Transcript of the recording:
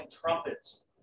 trumpets